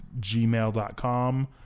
gmail.com